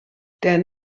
der